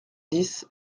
dix